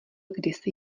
kdysi